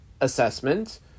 assessment